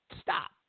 Stop